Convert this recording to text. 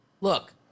Look